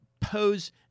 pose